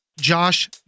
josh